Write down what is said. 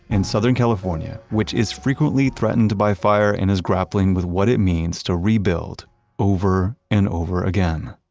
in southern california, which is frequently threatened by fire and is grappling with what it means to rebuild over and over again